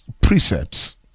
precepts